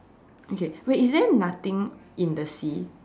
okay wait is there nothing in the sea